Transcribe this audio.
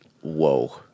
Whoa